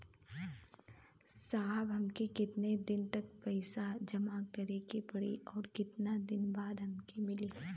साहब हमके कितना दिन तक पैसा जमा करे के पड़ी और कितना दिन बाद हमके मिली?